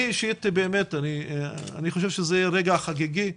אני אישית חושב שזה רגע חגיגי,